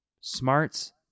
smarts